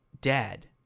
dad